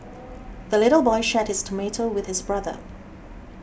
the little boy shared his tomato with his brother